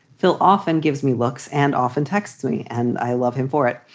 phil often gives me looks and often texts me and i love him for it.